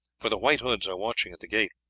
for the white hoods are watching at the gate.